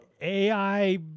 AI